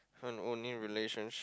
and only relationship